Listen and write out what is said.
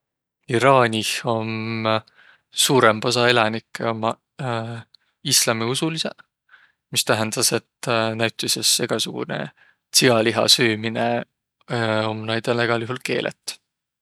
Iraanih om, suurõmb osa elänikke ommaq islamiusulisõq, mis tähendäs, et egäsugunõ tsialiha süümine om näil egä juhul keelet.